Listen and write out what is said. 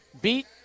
beat